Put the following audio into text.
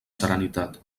serenitat